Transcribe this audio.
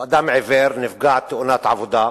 הוא אדם עיוור, נפגע תאונת עבודה,